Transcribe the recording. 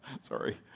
Sorry